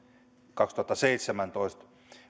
kaksituhattaseitsemäntoista